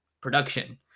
production